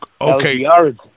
Okay